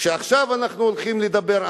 שעכשיו אנחנו הולכים לדבר עליו,